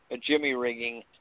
jimmy-rigging